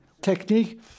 technique